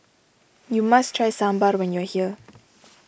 you must try Sambar when you are here